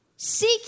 Seek